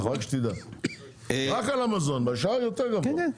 רק על המזון, בשאר יותר גבוה.